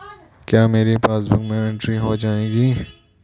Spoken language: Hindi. क्या मेरी पासबुक में एंट्री हो जाएगी?